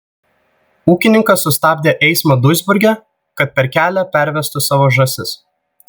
ūkininkas sustabdė eismą duisburge kad per kelia pervestų savo žąsis